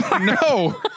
No